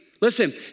listen